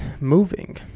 moving